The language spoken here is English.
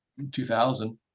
2000